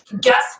guess